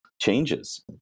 changes